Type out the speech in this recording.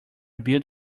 built